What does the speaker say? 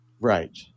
Right